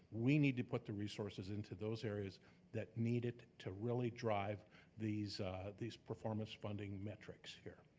we need to put the resources into those areas that needed to really drive these these performance funding metrics here.